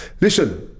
Listen